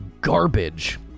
garbage